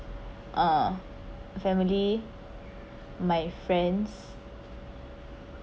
uh family my friends